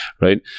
right